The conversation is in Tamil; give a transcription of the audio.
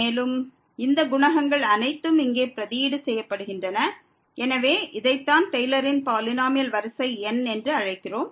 மேலும் இந்த குணகங்கள் அனைத்தும் இங்கே பிரதியீடு செய்யப்படுகின்றன எனவே இதைத்தான் டெய்லரின் பாலினோமியல் வரிசை n என்று அழைக்கிறோம்